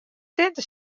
tinte